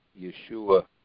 Yeshua